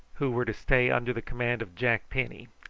who were to stay under the command of jack penny,